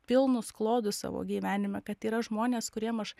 pilnus klodus savo gyvenime kad yra žmonės kuriem aš